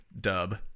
dub